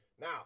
Now